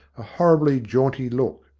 a horribly jaunty look.